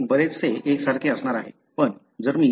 ते बरेचसे एकसारखे असणार आहे